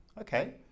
Okay